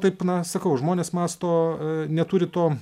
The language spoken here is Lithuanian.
taip na sakau žmonės mąsto neturi to